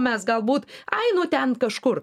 mes galbūt ai nu ten kažkur